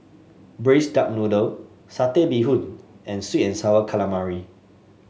Braised Duck Noodle Satay Bee Hoon and sweet and sour calamari